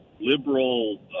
liberal